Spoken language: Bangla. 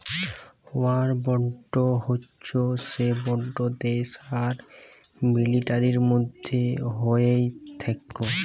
ওয়ার বন্ড হচ্যে সে বন্ড দ্যাশ আর মিলিটারির মধ্যে হ্য়েয় থাক্যে